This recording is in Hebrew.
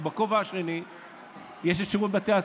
בכובע השני יש את שירות בתי הסוהר,